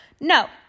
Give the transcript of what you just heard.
no